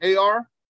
AR